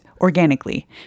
organically